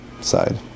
side